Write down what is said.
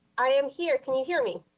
i am here. can you hear me?